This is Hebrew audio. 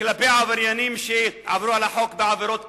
כלפי עבריינים שעברו על החוק בעבירות קלות,